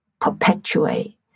perpetuate